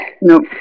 Nope